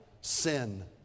sin